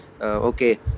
okay